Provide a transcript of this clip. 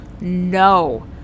No